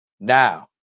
now